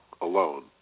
alone